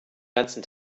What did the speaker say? ganzen